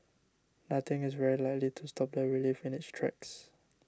nothing is very likely to stop the relief in its tracks